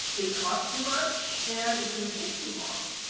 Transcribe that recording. it costs too much and it's going to take too long.